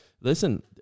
listen